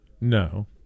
No